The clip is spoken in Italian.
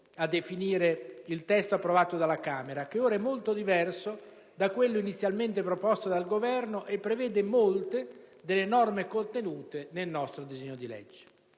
a definire il testo approvato dalla Camera, che ora è molto diverso da quello inizialmente proposto dal Governo e prevede molte delle norme contenute nel nostro disegno di legge.